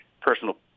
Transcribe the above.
personal